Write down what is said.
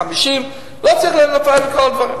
450. לא צריך לנפח את כל הדברים.